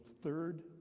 third